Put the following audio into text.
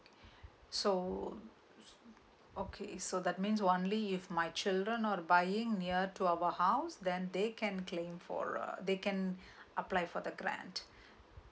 so okay so that means only if my children not buying near to our house then they can claim for uh they can apply for the grant